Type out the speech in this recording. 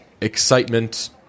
excitement